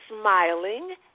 smiling